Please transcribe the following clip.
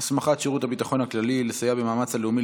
הסמכת שירות הביטחון הכללי לסייע במאמץ הלאומי